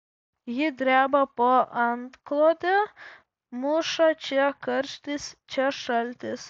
ji dreba po antklode muša čia karštis čia šaltis